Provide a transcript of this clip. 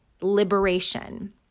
liberation